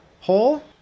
hole